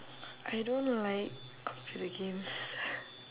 I don't like computer games